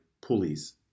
pulleys